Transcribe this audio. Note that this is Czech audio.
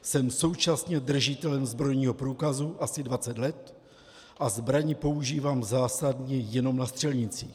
Jsem současně držitelem zbrojního průkazu asi 20 let a zbraň používám zásadně jenom na střelnici.